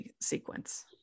sequence